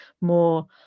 more